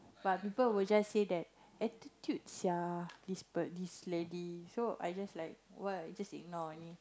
but people will just say that attitude sia this per~ this lady so I just like what just ignore only